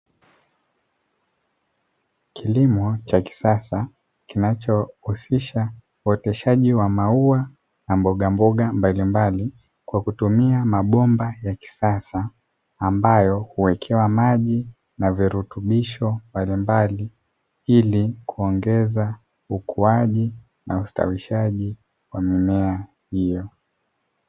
Kilimo cha kisasa kinachohusisha uoteshaji wa maua na mbogamboga mbalimbali, kwa kutumia mabomba ya kisasa, ambayo huwekewa maji na virutubisho mbalimbali. Ili kuongeza ukuaji na ustawishaji wa mimea hiyo.